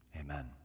Amen